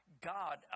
God